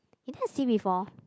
you never see before